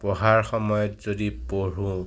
পঢ়াৰ সময়ত যদি পঢ়োঁ